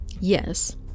Yes